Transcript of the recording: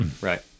Right